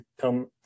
come